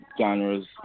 genres